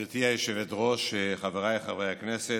גברתי היושבת-ראש, חבריי חברי הכנסת,